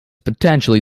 potentially